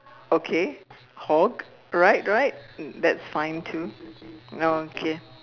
okay horg right right that's fine too okay